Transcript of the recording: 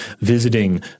visiting